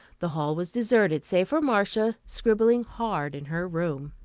the hall was deserted, save for marcia, scribbling hard in her room.